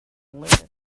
lunatic